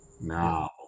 now